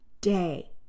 day